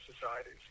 societies